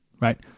Right